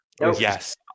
Yes